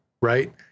right